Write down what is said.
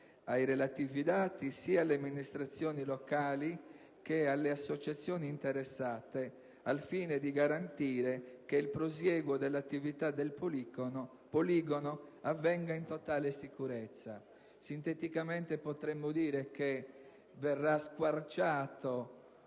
ai relativi dati sia alle amministrazioni locali che alle associazioni interessate, al fine di garantire che il prosieguo dell'attività del poligono avvenga in totale sicurezza. Sinteticamente potremmo dire che verrà squarciato